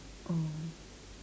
oh